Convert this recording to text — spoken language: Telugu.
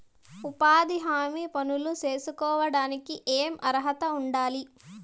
ఉపాధి హామీ పనులు సేసుకోవడానికి ఏమి అర్హత ఉండాలి?